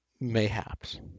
Mayhaps